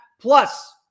Plus